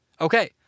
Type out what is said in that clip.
Okay